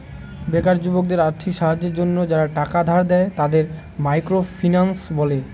বেকার যুবকদের আর্থিক সাহায্যের জন্য যারা টাকা ধার দেয়, তাদের মাইক্রো ফিন্যান্স বলে